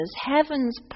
heaven's